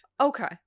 Okay